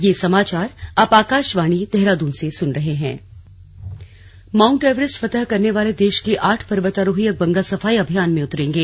slug Ganga अभियान Mount Everest फतह करने वाले देश के आठ पर्वतारोही अब गंगा सफाई अभियान में उतरेंगे